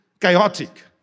chaotic